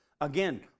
Again